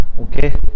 okay